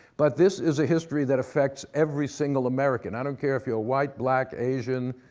but this is a history that affects every single american. i don't care if you're white, black, asian,